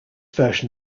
version